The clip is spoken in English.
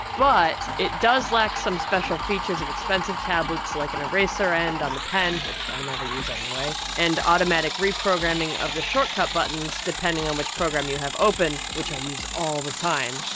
but it does lack some special features of expensive tablets, like an eraser end on the pen which i never use anyway, and automatic reprogramming of the shortcut buttons depending on which program you have open which i use all the time,